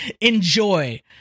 Enjoy